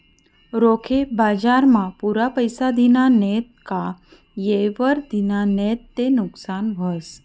रोखे बजारमा पुरा पैसा दिना नैत का येयवर दिना नैत ते नुकसान व्हस